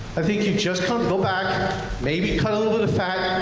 i think you just kind of go back, maybe cut a little bit of fat,